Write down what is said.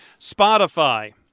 Spotify